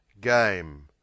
Game